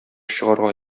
чыгарга